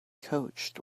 coached